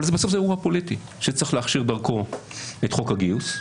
אבל בסוף זה אירוע פוליטי שצריך להכשיר דרכו את חוק הגיוס.